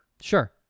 Sure